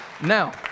Now